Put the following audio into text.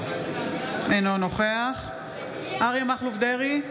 אינו נוכח אריה מכלוף דרעי,